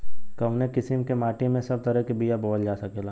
कवने किसीम के माटी में सब तरह के बिया बोवल जा सकेला?